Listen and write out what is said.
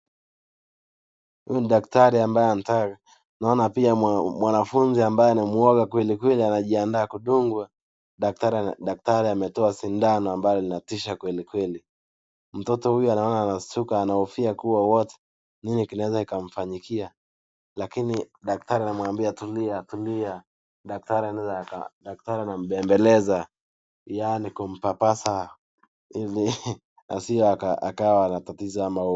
Huyu ni daktari ambaye anataka. Naona mwanafunzi ambaye ni muoga kweli kweli, anajiandaa kudungwa. Daktari ametoa sindano ambalo linatisha kweli kweli. Mtoto huyu naona anashtuka anahofia kua watu nini kinaweza kikamfanyikia, lakini daktari anamwambia tulia tulia. Daktari anaeza aka, daktari anambembeleza yaani kumpapasa ili asiwe akawa anatatiza.